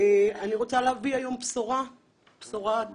אני רוצה להביא היום בשורה טובה.